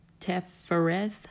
Tefereth